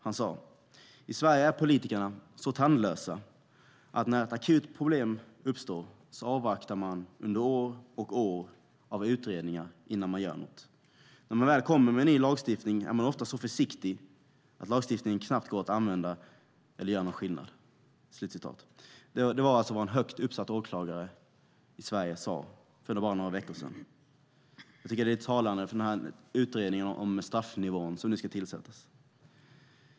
Han sade: "I Sverige är politikerna så tandlösa att när ett akut problem uppstår så avvaktar man under år och år av utredningar innan man gör något. Och när man väl kommer med ny lagstiftning är man ofta så försiktig att lagstiftning knappt går att användas eller gör någon skillnad." Det var alltså vad en högt uppsatt åklagare i Sverige sade för bara några veckor sedan. Detta är talande för den utredning om straffnivån som nu ska tillsättas.